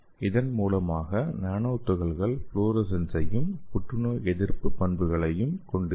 இதன் மூலமாக நானோ துகள்கள் ஃப்ளோரசன்ஸையும் புற்றுநோய் எதிர்ப்பு பண்புகளையும் கொண்டிருக்கும்